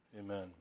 Amen